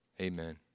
Amen